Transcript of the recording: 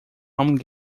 home